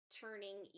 turning